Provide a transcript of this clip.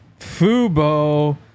Fubo